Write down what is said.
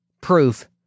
proof